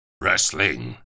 Wrestling